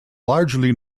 largely